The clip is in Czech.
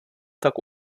tak